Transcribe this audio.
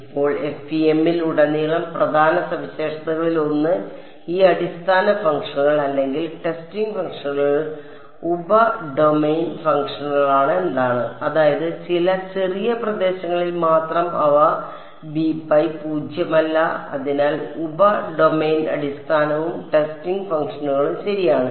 ഇപ്പോൾ FEM ൽ ഉടനീളം പ്രധാന സവിശേഷതകളിൽ ഒന്ന് ഈ അടിസ്ഥാന ഫംഗ്ഷനുകൾ അല്ലെങ്കിൽ ടെസ്റ്റിംഗ് ഫംഗ്ഷനുകൾ ഉപ ഡൊമെയ്ൻ ഫംഗ്ഷനുകളാണ് എന്നതാണ് അതായത് ചില ചെറിയ പ്രദേശങ്ങളിൽ മാത്രം അവ പൂജ്യമല്ല അതിനാൽ ഉപ ഡൊമെയ്ൻ അടിസ്ഥാനവും ടെസ്റ്റിംഗ് ഫംഗ്ഷനുകളും ശരിയാണ്